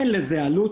אין לזה עלות,